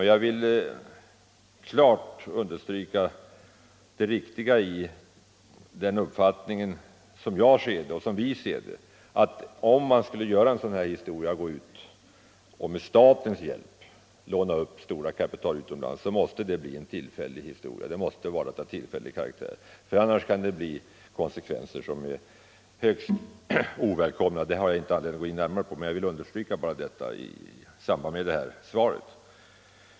Jag vill klart understryka det riktiga i min och vår uppfattning att en statlig upplåning utomlands av stora kapitalsummor måste ha tillfällig karaktär. Annars kan högst ovälkomna konsekvenser uppkomma. Jag har inte anledning att gå närmare in på detta utan vill bara understryka den uppfattningen i anslutning till det lämnade svaret.